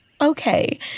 Okay